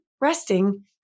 resting